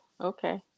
Okay